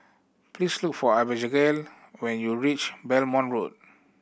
please look for Abbigail when you reach Belmont Road